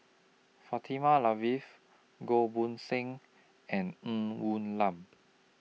Fatimah Lateef Goh Poh Seng and Ng Woon Lam